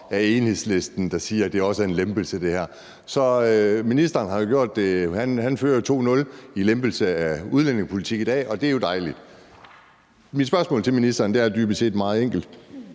af Enhedslisten, der siger, at det her også er en lempelse. Så ministeren fører 2-0 i lempelse af udlændingepolitik i dag, og det er jo dejligt. Mit spørgsmål til ministeren er dybest set meget enkelt